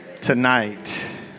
tonight